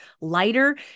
lighter